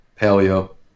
paleo